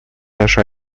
нашу